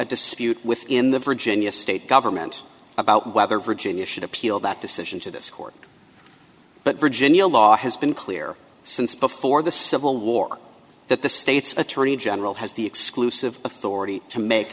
a dispute within the virginia state government about whether virginia should appeal that decision to this court but virginia law has been clear since before the civil war that the state's attorney general has the exclusive authority to make